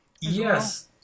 Yes